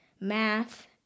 math